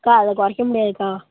அக்கா அதை குறைக்க முடியாதுக்கா